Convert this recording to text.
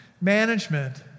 management